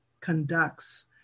conducts